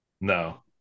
No